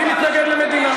אני מתנגד למדינה.